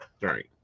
Right